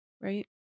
Right